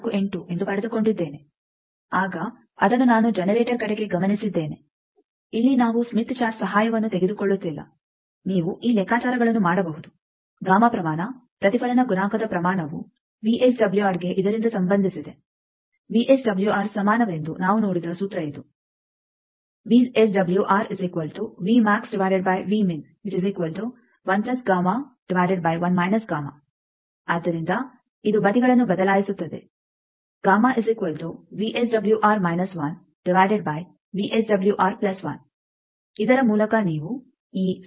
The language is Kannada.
48 ಎಂದು ಪಡೆದುಕೊಂಡಿದ್ದೇನೆ ಆಗ ಅದನ್ನು ನಾನು ಜನರೇಟರ್ ಕಡೆಗೆ ಗಮನಿಸಿದ್ದೇನೆ ಇಲ್ಲಿ ನಾವು ಸ್ಮಿತ್ ಚಾರ್ಟ್ ಸಹಾಯವನ್ನು ತೆಗೆದುಕೊಳ್ಳುತ್ತಿಲ್ಲ ನೀವು ಈ ಲೆಕ್ಕಾಚಾರಗಳನ್ನು ಮಾಡಬಹುದು ಗಾಮಾ ಪ್ರಮಾಣ ಪ್ರತಿಫಲನ ಗುಣಾಂಕದ ಪ್ರಮಾಣವು ವಿಎಸ್ಡಬ್ಲ್ಯೂಆರ್ಗೆ ಇದರಿಂದ ಸಂಬಂಧಿಸಿದೆ ವಿಎಸ್ಡಬ್ಲ್ಯೂಆರ್ ಸಮಾನವೆಂದು ನಾವು ನೋಡಿದ ಸೂತ್ರ ಇದು ಆದ್ದರಿಂದ ಇದು ಬದಿಗಳನ್ನು ಬದಲಾಯಿಸುತ್ತದೆ ಇದರ ಮೂಲಕ ನೀವು ಈ 0